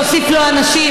להוסיף לו אנשים,